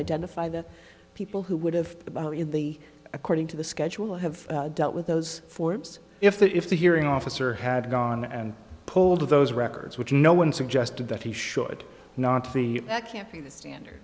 identify the people who would have the ball in the according to the schedule have dealt with those forms if the if the hearing officer had gone and pulled those records which no one suggested that he should not be that can't be the standard